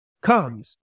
comes